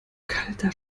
kalter